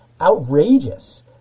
outrageous